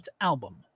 album